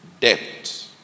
debt